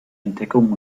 entdeckung